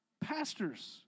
Pastors